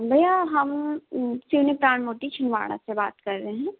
भैया हम सिवनी प्राण मोती छिंदवाड़ा से बात कर रहे हैं